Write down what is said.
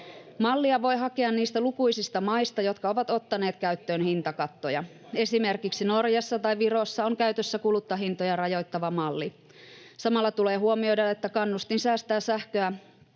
Mallia voi hakea niistä lukuisista maista, jotka ovat ottaneet käyttöön hintakattoja. Esimerkiksi Norjassa tai Virossa on käytössä kuluttajahintoja rajoittava malli. Samalla tulee huomioida, että kannustin säästää sähköä